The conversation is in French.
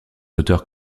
auteurs